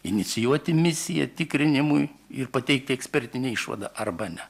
inicijuoti misiją tikrinimui ir pateikti ekspertinę išvadą arba ne